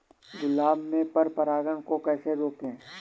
गुलाब में पर परागन को कैसे रोकुं?